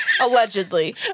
Allegedly